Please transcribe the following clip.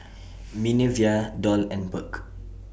Minervia Doll and Burk